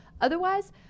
otherwise